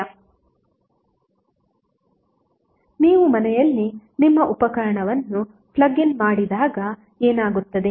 slide time ನೋಡಿ 0047 ನೀವು ಮನೆಯಲ್ಲಿ ನಿಮ್ಮ ಉಪಕರಣವನ್ನು ಪ್ಲಗ್ ಇನ್ ಮಾಡಿದಾಗ ಏನಾಗುತ್ತದೆ